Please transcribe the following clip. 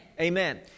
Amen